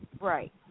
Right